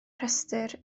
rhestr